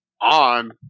on